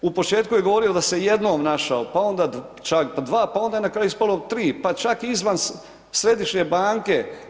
U početku je govorio da se jednom našao, pa onda ček dva, pa onda je na kraju ispalo 3, pa čak i izvan središnje banke.